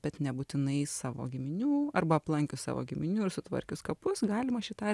bet nebūtinai savo giminių arba aplankius savo giminių ir sutvarkius kapus galima šį tą